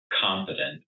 confident